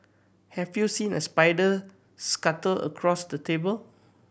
have you seen a spider scuttle across the table